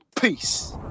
Peace